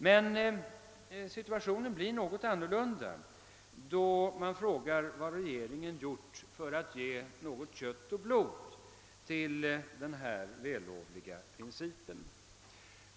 Men situationen blir i viss mån en annan, då man frågar vad regeringen gjort för att ge något av kött och blod åt denna vällovliga princip.